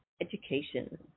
education